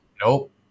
Nope